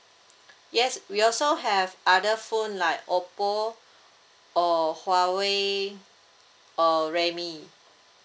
yes we also have other phone like oppo or huawei or realme